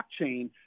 blockchain